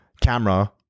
camera